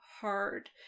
hard